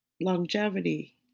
longevity